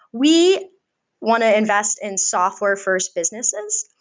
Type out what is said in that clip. we want to invest in software first businesses.